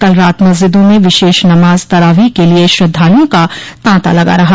कल रात मस्जिदों में विशेष नमाज तरावीह के लिए श्रद्धालुओं का तांता लगा रहा